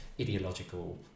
ideological